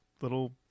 little